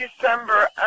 December